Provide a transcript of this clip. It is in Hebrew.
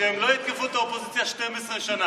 הסיפור הזה הוא סיפורה של הרכבת המזרחית שעוד לא קמה,